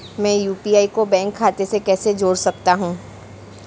मैं यू.पी.आई को बैंक खाते से कैसे जोड़ सकता हूँ?